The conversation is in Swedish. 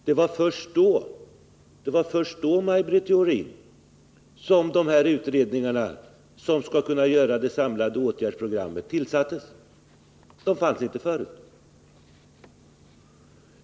Det var först då, Maj Britt Theorin, som dessa utredningar tillsattes som skall utarbeta ett samlat åtgärdsprogram. De fanns inte förr.